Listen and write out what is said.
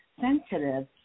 sensitive